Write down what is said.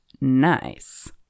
nice